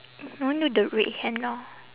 I want do the red henna